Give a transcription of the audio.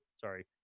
Sorry